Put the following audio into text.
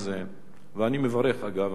ואני מברך אגב על הדיון